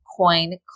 coin